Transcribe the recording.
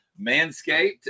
Manscaped